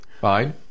Fine